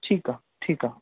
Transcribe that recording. ठीकु आहे ठीकु आहे